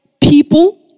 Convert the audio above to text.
people